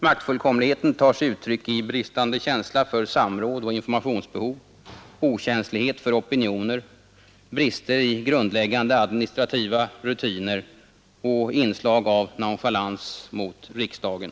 Maktfullkomligheten tar sig uttryck i bristande känsla för samråd och informationsbehov, okänslighet för opinioner, brister i grundläggande administrativa rutiner och inslag av nonchalans mot riksdagen.